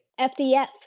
FDF